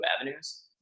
avenues